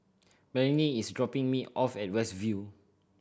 Melonie is dropping me off at West View